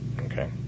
Okay